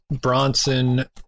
Bronson